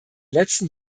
letzten